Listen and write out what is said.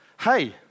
hey